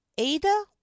ada